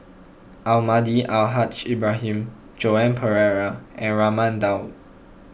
Almahdi Al Haj Ibrahim Joan Pereira and Raman Daud